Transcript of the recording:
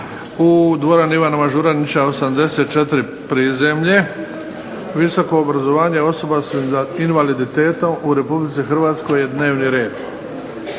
u dvorani Ivana Mažuranića 84 prizemlje. Visoko obrazovanje osoba s invaliditetom je dnevni red.